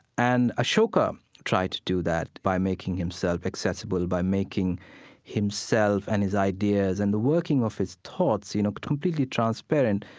and ashoka tried to do that by making himself accessible, by making himself and his ideas and the working of his thoughts, you know, completely transparent.